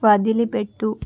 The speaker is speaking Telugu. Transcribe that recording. వదిలిపెట్టు